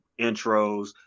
intros